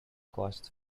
costs